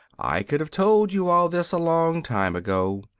i could have told you all this a long time ago.